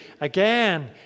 again